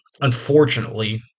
Unfortunately